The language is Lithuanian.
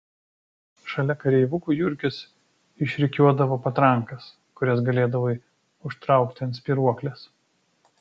šalia kareivukų jurgis išrikiuodavo patrankas kurias galėdavai užtraukti ant spyruoklės